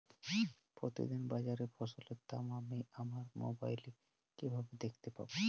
প্রতিদিন বাজারে ফসলের দাম আমি আমার মোবাইলে কিভাবে দেখতে পাব?